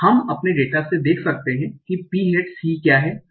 हम अपने डेटा से देख सकते हैं कि पी हैट सी क्या है